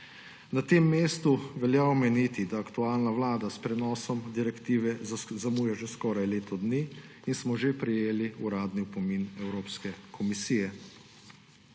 Na tem mestu velja omeniti, da aktualna vlada s prenosom direktive zamuja že skoraj leto dni in smo že prejeli uradni opomin Evropske komisije.